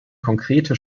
konkrete